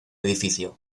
edificio